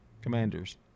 Commanders